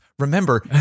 Remember